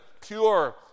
pure